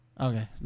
Okay